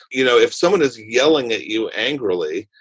you know, if someone is yelling at you angrily,